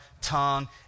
tongue